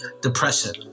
depression